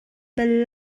bal